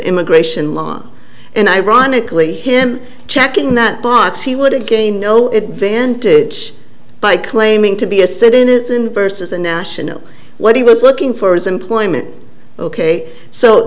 immigration law and ironically him checking that box he would again know it vantage by claiming to be a citizen versus a national what he was looking for is employment ok so